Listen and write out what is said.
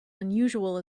unusual